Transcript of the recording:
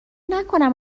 نکنم